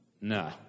no